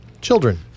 Children